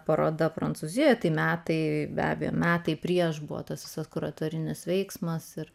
paroda prancūzijoje tai metai be abejo metai prieš veiksmas ir